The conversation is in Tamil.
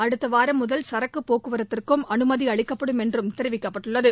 அடுத்த வாரம் முதல் சரக்கு போக்குவரத்துக்கும் அனுமதி அளிக்கப்படும் என்றும் தெரிவிக்கப்பட்டுள்ளது